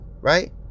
right